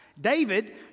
David